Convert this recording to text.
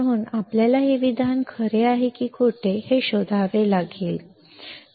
म्हणून आपल्याला हे विधान खरे आहे की खोटे हे शोधावे लागेल